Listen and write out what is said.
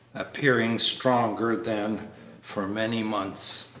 appearing stronger than for many months.